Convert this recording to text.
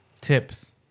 tips